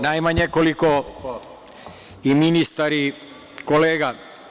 Najmanje koliko i ministar i kolega.